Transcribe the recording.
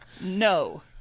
no